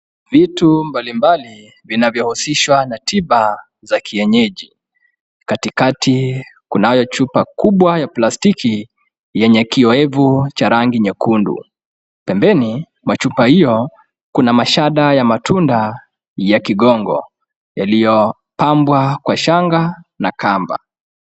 Vitu mbalimbali zinavyohusishwa na tiba za kienyeji. Katikati kunayo chupa kubwa ya plastiki yenye kioevu cha rangi nyekundu. Pembeni, machupa hiyo kuna mashada ya matunda ya kigongo yaliyopambwa kwa shanga na kamba.